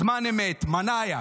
זמן אמת, מנאייכ,